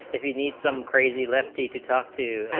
if you need some crazy lefty to talk to